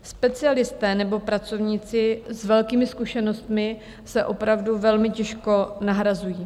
Specialisté nebo pracovníci s velkými zkušenostmi se opravdu velmi těžko nahrazují.